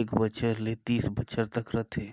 एक बछर ले तीस बछर तक रथे